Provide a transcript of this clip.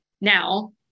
now